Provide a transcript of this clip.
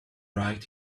right